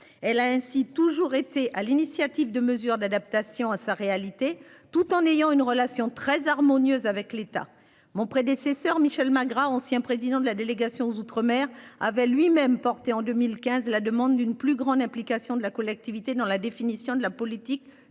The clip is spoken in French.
Elle a ainsi toujours été à l'initiative de mesures d'adaptation à sa réalité tout en ayant une relation très harmonieuse avec l'État. Mon prédécesseur Michel Magras ancien président de la délégation aux outre-mer avait lui-même porté en 2015 la demande d'une plus grande implication de la collectivité dans la définition de la politique